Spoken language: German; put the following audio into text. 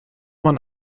man